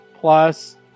plus